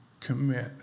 commit